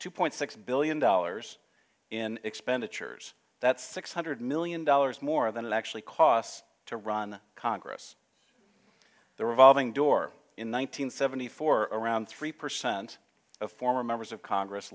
two point six billion dollars in expenditures that's six hundred million dollars more than it actually costs to run congress the revolving door in one nine hundred seventy four around three percent of former members of congress